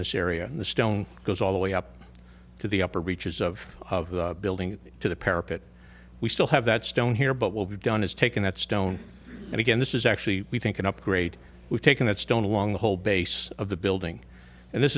this area the stone goes all the way up to the upper reaches of the building to the parapet we still have that stone here but will be done is taken that stone and again this is actually we think an upgrade we've taken that stone along the whole base of the building and this